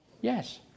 Yes